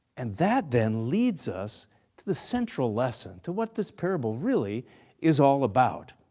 and that then leads us to the central lesson, to what this parable really is all about.